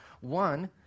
One